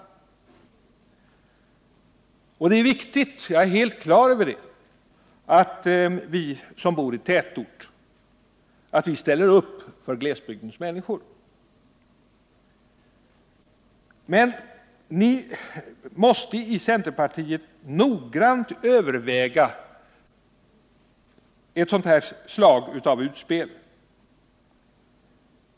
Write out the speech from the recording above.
Jag är därför helt på det klara med att det är viktigt att vi som bor i tätort ställer upp för glesbygdens människor. Men ni måste i centerpartiet noggrant överväga ett sådant slag av utspel.